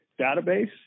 database